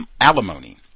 alimony